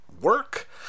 work